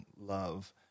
love